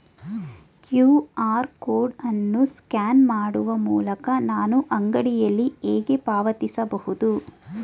QR code ಅನ್ನು scan ಮಾಡುವ ಮೂಲಕ ನಾನು ಅಂಗಡಿಯಲ್ಲಿ ಹೇಗೆ ಪಾವತಿಸಬಹುದು?